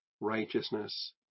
righteousness